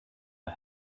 are